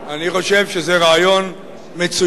אני חושב שזה רעיון מצוין.